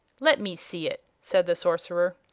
let me see it, said the sorcerer.